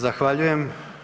Zahvaljujem.